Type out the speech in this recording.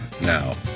now